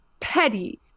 petty